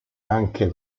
anche